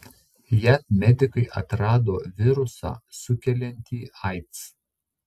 jav medikai atrado virusą sukeliantį aids